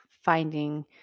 finding